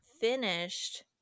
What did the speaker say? finished